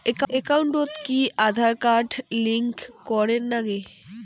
একাউন্টত কি Aadhaar card link করের নাগে?